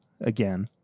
again